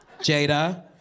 Jada